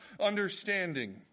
understanding